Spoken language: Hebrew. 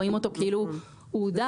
רואים אותו כאילו הוא הודה.